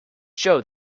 show